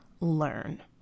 learn